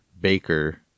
Baker